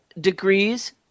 degrees